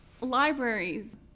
libraries